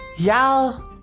Y'all